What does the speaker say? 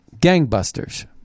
gangbusters